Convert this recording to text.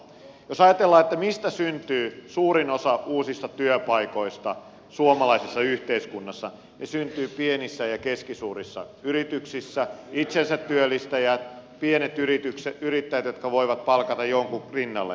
jos ajatellaan mistä syntyy suurin osa uusista työpaikoista suomalaisessa yhteiskunnassa ne syntyvät pienissä ja keskisuurissa yrityksissä itsensä työllistäjät pienet yrittäjät jotka voivat palkata jonkun rinnalleen